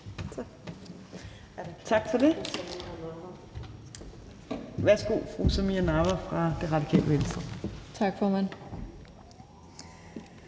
Tak for det. Værsgo, fru Samira Nawa fra Det Radikale Venstre. Kl.